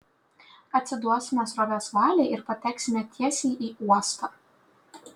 atsiduosime srovės valiai ir pateksime tiesiai į uostą